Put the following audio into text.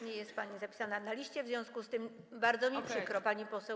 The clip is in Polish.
Nie jest pani zapisana na liście, w związku z tym bardzo mi przykro, pani poseł.